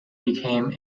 became